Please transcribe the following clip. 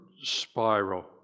spiral